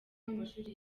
w’amashuri